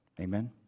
Amen